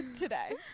today